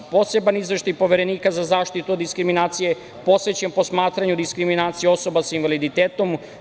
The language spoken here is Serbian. Poseban izveštaj Poverenika za zaštitu od diskriminacije posvećen je posmatranju diskriminacije osoba sa invaliditetom.